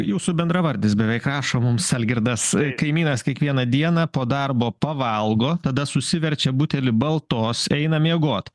jūsų bendravardis beveik rašo mums algirdas kaimynas kiekvieną dieną po darbo pavalgo tada susiverčia butelį baltos eina miegot